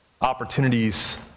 Opportunities